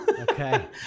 Okay